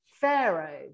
Pharaoh